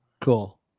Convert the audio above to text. Cool